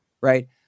right